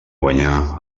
guanyar